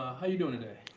how you doing? and